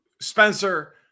Spencer